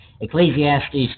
Ecclesiastes